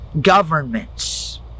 Governments